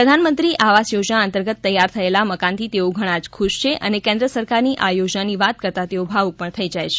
પ્રધાનમંત્રી આવાસ યોજના અંતર્ગત તૈયાર થયેલા મકાનથી તેઓ ઘણાં જ ખુશ છે અને કેન્દ્ર સરકારની આ યોજનાની વાત કરતા તેઓ ભાવૂક પણ થઇ જાય છે